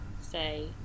say